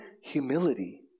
humility